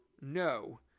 No